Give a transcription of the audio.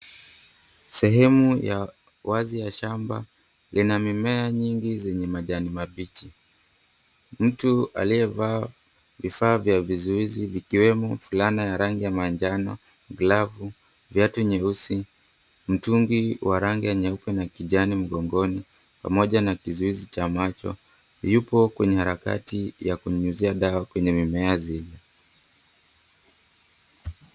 Sehemu ya wazi ya shamba lina mimea mingi zenye majani mabichi. Mtu aliyevaa vifaa vya vizuizi vikiwemo fulana ya rangi ya manjano, glavu, viatu nyeusi, mtungi wa rangi nyeupe na kijani mgongoni, pamoja na kizuizi cha macho, yupo kwenye harakati ya kunyunyizia dawa kwenye mimea zile.